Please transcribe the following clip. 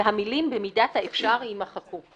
והמילים "במידת האפשר" יימחקו"